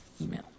Email